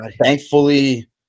Thankfully